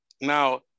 Now